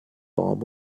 warm